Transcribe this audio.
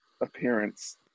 appearance